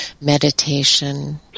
meditation